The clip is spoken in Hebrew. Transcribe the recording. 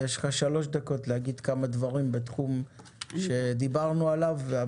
יש לך שלוש דקות להגיד דברים בתחום שדיברנו עליו.